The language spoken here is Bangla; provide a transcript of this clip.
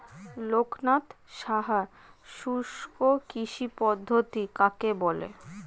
লোকনাথ সাহা শুষ্ককৃষি পদ্ধতি কাকে বলে?